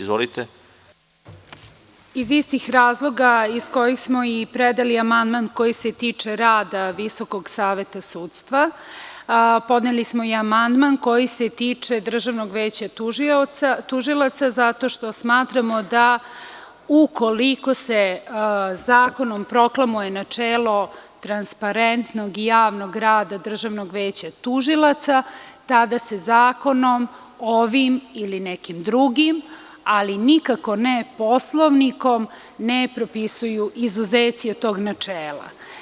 Iz istih razloga iz kojih smo predali amandman koji se tiče rada VSS podneli smo i amandman koji se tiče Državnog veća tužilaca, zato što smatramo da ukoliko se zakonom proklamuje načelo transparentnog i javnog rada Državnog veća tužilaca, tada se zakonom, ovim ili nekim drugim, ali nikako ne poslovnikom ne propisuju izuzeci od tog načela.